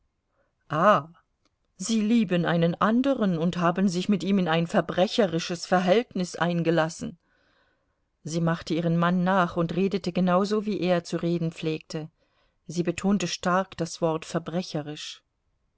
sie lieben einen anderen und haben sich mit ihm in ein verbrecherisches verhältnis eingelassen sie machte ihren mann nach und redete genauso wie er zu reden pflegte sie betonte stark das wort verbrecherisch